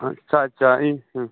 ᱟᱪᱪᱷᱟ ᱟᱪᱪᱷᱟ ᱤᱧ ᱦᱮᱸ